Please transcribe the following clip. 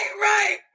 right